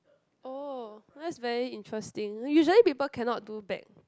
oh that's very interesting usually people cannot do back